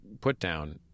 put-down